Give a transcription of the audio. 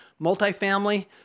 multifamily